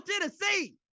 Tennessee